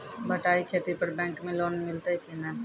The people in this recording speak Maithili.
बटाई खेती पर बैंक मे लोन मिलतै कि नैय?